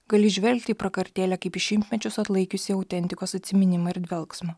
gali žvelgti į prakartėlę kaip į šimtmečius atlaikiusį autentikos atsiminimą ir dvelksmą